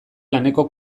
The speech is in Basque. laneko